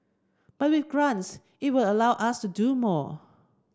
but with grants it could allow us to do more